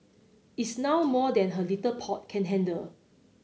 it's now more than her little pot can handle